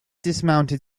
dismounted